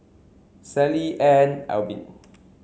Sally Ann and Albin